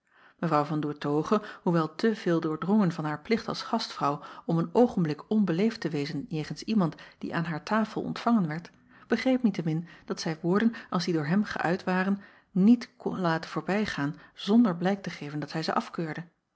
w an oertoghe hoewel te veel doordrongen van haar plicht als gastvrouw om een oogenblik onbeleefd te wezen jegens iemand die aan haar tafel ontvangen werd begreep niet-te-min dat zij woorden als die door hem geüit waren niet kon laten voorbijgaan zonder blijk te geven dat zij ze afkeurde